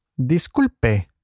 Disculpe